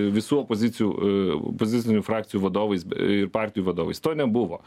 visų opozicijų aaa pozicinių frakcijų vadovais ir partijų vadovais to nebuvo